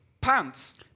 Pants